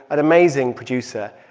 an amazing producer.